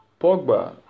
Pogba